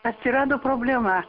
atsirado problema